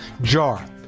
jar